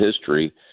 history